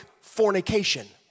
fornication